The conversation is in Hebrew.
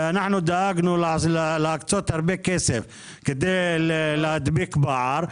ואנו דאגנו להקצות הרבה כסף כדי להדביק פער,